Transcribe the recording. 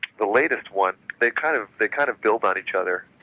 the latest one, they kind of they kind of build on each other